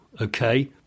okay